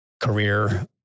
career